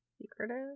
Secretive